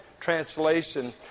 translation